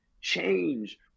change